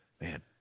man